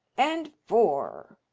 and four.